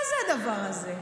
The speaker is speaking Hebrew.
מה זה הדבר הזה?